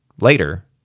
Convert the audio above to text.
Later